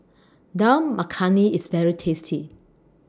Dal Makhani IS very tasty